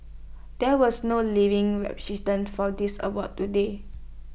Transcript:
there was no living recipients for this award today